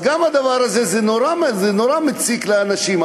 אז גם הדבר הזה, זה נורא מציק לאנשים.